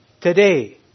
today